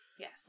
Yes